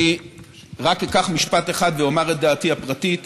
רק אקח משפט אחד ואומר את דעתי הפרטית.